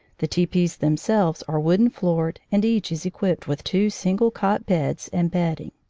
the tepees themselves are wooden-floored and each is equipped with two single cot beds and bed ding.